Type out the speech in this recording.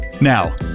Now